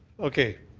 okay.